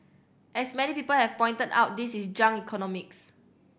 as many people have pointed out this is junk economics